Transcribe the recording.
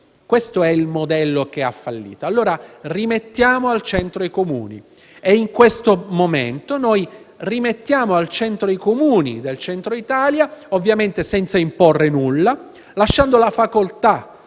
Questo è il modello che ha fallito. Rimettiamo allora al centro i Comuni. In questo momento noi rimettiamo al centro i Comuni del Centro Italia, senza imporre nulla e lasciando la facoltà